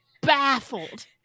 baffled